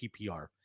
PPR